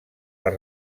les